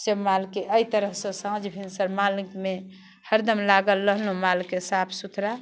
से मालके एहि तरहसँ साँझ भिनसर मालमे हरदम लागल रहलहुँ मालके साफ सुथरा